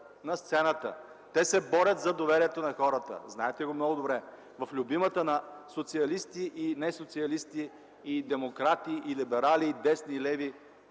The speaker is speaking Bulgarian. на сцената, те се борят за доверието на хората. Знаете го много добре. В любимата на социалисти и несоциалисти, демократи и либерали, десни и леви